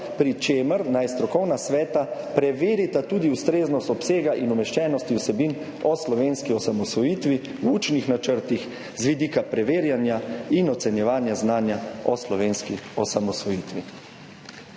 pri čemer naj strokovna sveta preverita tudi ustreznost obsega in umeščenosti vsebin o slovenski osamosvojitvi v učnih načrtih z vidika preverjanja in ocenjevanja znanja o slovenski osamosvojitvi.